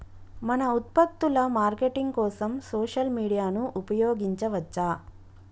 మన ఉత్పత్తుల మార్కెటింగ్ కోసం సోషల్ మీడియాను ఉపయోగించవచ్చా?